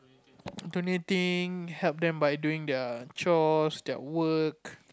donating help them by doing their chores their work